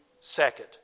second